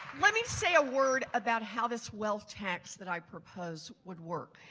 let me say a word about how this wealth tax that i propose would work.